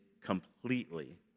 completely